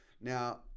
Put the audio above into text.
Now